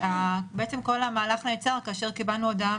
ובעצם כל המהלך נעצר כאשר קיבלנו הודעה